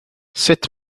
sut